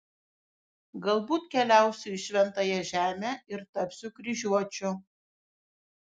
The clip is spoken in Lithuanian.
galbūt keliausiu į šventąją žemę ir tapsiu kryžiuočiu